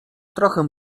trochę